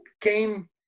came